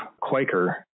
Quaker